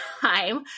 time